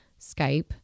Skype